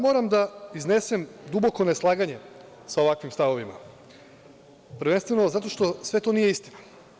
Moram da iznesem duboko neslaganje sa ovakvim stavovima, prvenstveno zato što sve to nije istina.